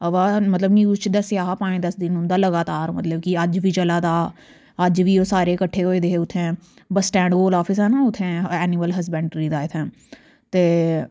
अवा मतलव न्यूज च दस्सेआ हा पंज दस दिन उंदा लगातार मतलव कि अज बी चला दा अज बी ओह् सारे कट्ठे होए दे हे उत्थैं बस स्टैंड कोल आफिस ऐ न उत्थैं ऐनिमल हसबेंडरी दा इत्थैं ते